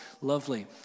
Lovely